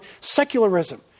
secularism